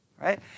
right